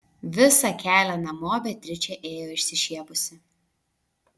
visą kelią namo beatričė ėjo išsišiepusi